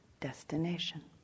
destination